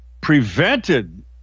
prevented